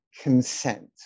consent